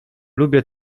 lubię